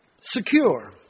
secure